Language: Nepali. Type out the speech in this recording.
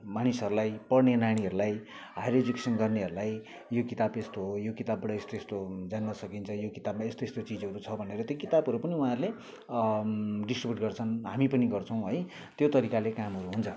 मानिसहरूलाई पढ्ने नानीहरूलाई हायर एडुकेसन गर्नेहरूलाई यो किताब यस्तो हो यो किताबबाट यस्तो यस्तो जान्न सकिन्छ यो किताबमा यस्तो यस्तो चिजहरू छ भनेर त्यो किताबहरू पनि उहाँहरूले डिस्ट्रिब्युट गर्छन् हामी पनि गर्छौँ है त्यो तरिकाले कामहरू हुन्छ